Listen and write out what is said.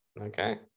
Okay